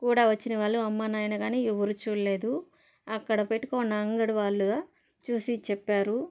కూడా వచ్చిన వాళ్ళు అమ్మానాయన గానీ ఎవరు చూల్లేదు అక్కడ పెట్టుకోన్న అంగడి వాళ్ళు చూసి చెప్పారు